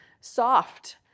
soft